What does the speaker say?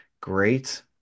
great